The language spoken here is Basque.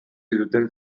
duten